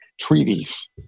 treaties